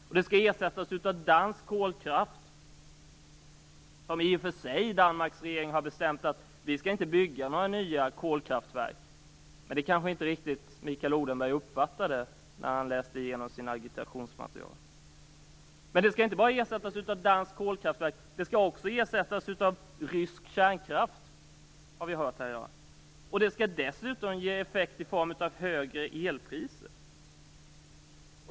Barsebäck skall ersättas av dansk kolkraft, trots att Danmarks regering har bestämt att man inte skall bygga några nya kolkraftverk, men det uppfattade Mikael Odenberg kanske inte när han läste igenom sitt agitationsmaterial. Och Barsebäck skall inte bara ersättas av dansk kolkraft, utan det skall också ersättas av rysk kärnkraft, har vi hört här i dag, och detta ger dessutom effekt i form av högre elpriser.